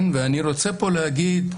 אני רוצה להגיד שעליך,